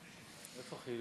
חברי